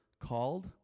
called